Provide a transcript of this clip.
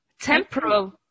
Temporal